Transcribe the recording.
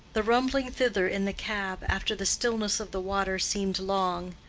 the rumbling thither in the cab after the stillness of the water seemed long.